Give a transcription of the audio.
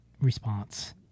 response